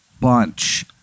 bunch